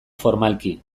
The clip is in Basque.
formalki